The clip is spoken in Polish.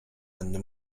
będę